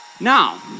Now